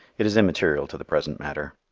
it is immaterial to the present matter.